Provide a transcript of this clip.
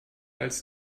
als